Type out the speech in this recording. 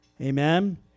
Amen